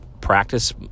practice